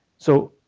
so,